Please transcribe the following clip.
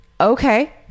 okay